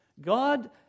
god